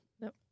Nope